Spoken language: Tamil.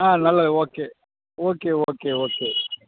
ஆ நல்லது ஓகே ஓகே ஓகே ஓகே